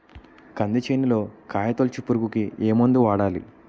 కంది చేనులో కాయతోలుచు పురుగుకి ఏ మందు వాడాలి?